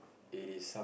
it is some